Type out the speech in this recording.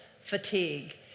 fatigue